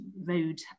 road